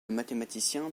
mathématicien